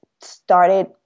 started